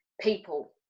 people